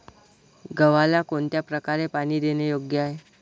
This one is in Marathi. गव्हाला कोणत्या प्रकारे पाणी देणे योग्य आहे?